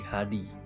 Hadi